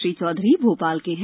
श्री चौधरी भोपाल के हैं